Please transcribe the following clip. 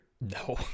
No